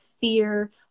fear